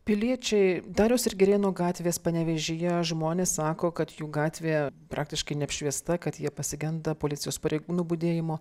piliečiai dariaus ir girėno gatvės panevėžyje žmonės sako kad jų gatvė praktiškai neapšviesta kad jie pasigenda policijos pareigūnų budėjimo